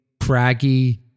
craggy